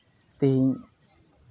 ᱛᱤᱦᱤᱧ